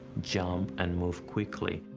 jump, and move quickly.